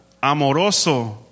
amoroso